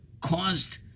caused